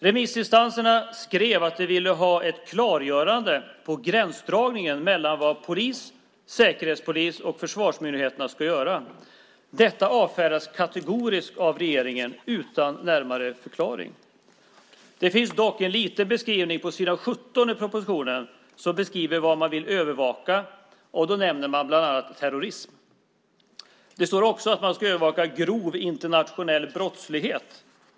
Remissinstanserna skrev att de ville ha ett klargörande om gränsdragningen mellan vad polis, säkerhetspolis och försvarsmyndigheter ska göra. Detta avfärdas kategoriskt av regeringen utan närmare förklaring. Dock finns det en kort beskrivning på s. 17 i propositionen. Där finns det en beskrivning av vad man vill övervaka. Bland annat nämns terrorismen. Det står också att man ska övervaka grov internationell brottslighet.